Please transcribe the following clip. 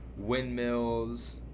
Windmills